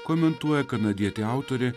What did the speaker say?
komentuoja kanadietė autorė